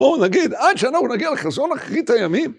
בואו נגיד עד שאנחנו נגיע לחזון אחרית הימים.